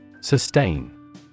Sustain